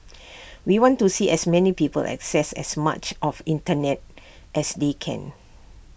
we want to see as many people access as much of Internet as they can